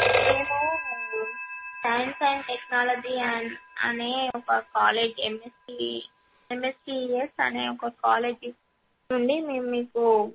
మేము science and technology and అనే ఒక కాలేజీ ఎమ్ఎస్సి ఏంఎస్సీఎస్ అనే ఒక కాలేజీ నుండి మేం మీకు